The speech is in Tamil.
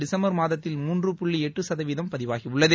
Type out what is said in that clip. டிசம்பர் மாதத்தில் மூன்று புள்ளி எட்டு சதவீதம் பதிவாகியுள்ளது